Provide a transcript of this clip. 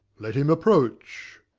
let him approach.